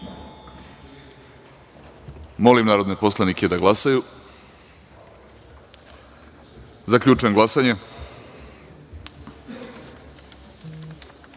narodne poslanike da glasaju. Zaključujem glasanje: